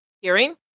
hearing